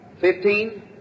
Fifteen